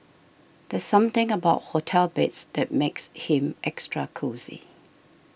there's something about hotel beds that makes him extra cosy